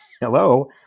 hello